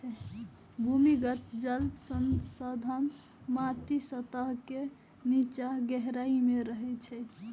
भूमिगत जल संसाधन माटिक सतह के निच्चा गहराइ मे रहै छै